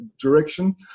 direction